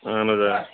اہَن حظ آ